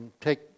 take